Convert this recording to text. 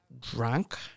Drunk